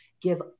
give